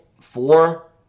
four